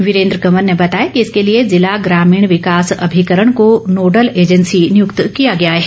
वीरेन्द्र कंवर ने बताया कि इसके लिए ज़िला ग्रामीण विकास अभिकरण को नोडल एजेंसी नियुक्त किया गया है